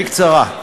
בקצרה.